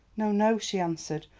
no, no, she answered,